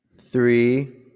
three